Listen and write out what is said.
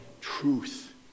truth